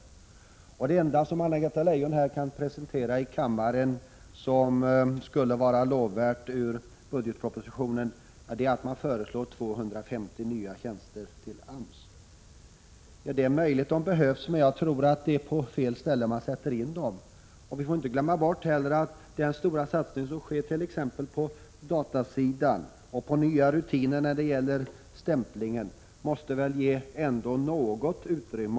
33 Det enda Anna-Greta Leijon kan presentera ur budgetpropositionen här i kammaren som skulle vara lovvärt är att man föreslår 250 nya tjänster till AMS. Det är möjligt att de behövs, men jag tror att det är på fel ställe man sätter in dem. Vi får inte heller glömma bort att den stora satsning som sker t.ex. på datasidan och på nya rutiner när det gäller t.ex. stämplingen. Det skall väl ändå ge något extra arbetsutrymme.